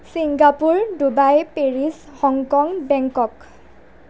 Singapore Dubai Paris Hong Kong Bangkok